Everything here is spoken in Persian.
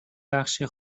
بخشی